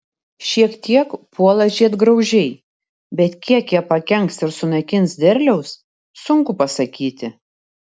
šiek tiek puola žiedgraužiai bet kiek jie pakenks ir sunaikins derliaus sunku pasakyti